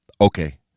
Okay